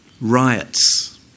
riots